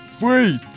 Wait